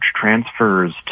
transfers